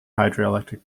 hydroelectric